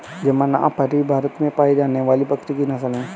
जमनापरी भारत में पाई जाने वाली बकरी की नस्ल है